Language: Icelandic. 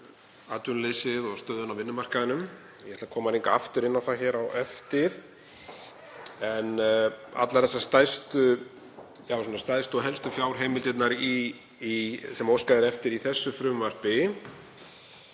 yfir atvinnuleysið og stöðuna á vinnumarkaðnum. Ég ætla að koma líka aftur inn á það á eftir en allar stærstu og helstu fjárheimildirnar sem óskað er eftir í þessu frumvarpi